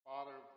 Father